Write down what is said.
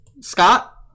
Scott